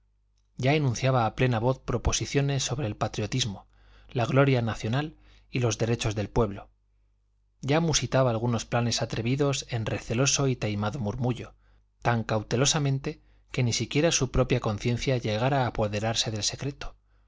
ya enunciaba a plena voz proposiciones sobre el patriotismo la gloria nacional y los derechos del pueblo ya musitaba algunos planes atrevidos en receloso y taimado murmullo tan cautelosamente que ni siquiera su propia conciencia llegara a apoderarse del secreto